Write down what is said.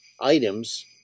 items